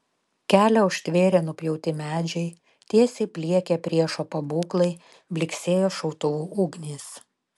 kelią užtvėrė nupjauti medžiai tiesiai pliekė priešo pabūklai blyksėjo šautuvų ugnys